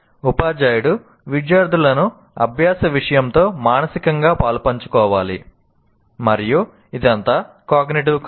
ఉపాధ్యాయుడు విద్యార్థులను అభ్యాస విషయంతో మానసికంగా పాలుపంచుకోవాలి మరియు ఇదంతా కాగ్నిటివ్ కాదు